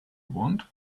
want